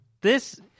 this-